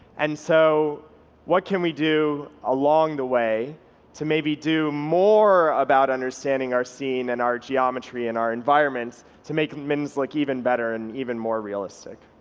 and so what can we do along the way to maybe do more about understanding our scene and our geometry and our environment to make mittens look like even better and even more realistic?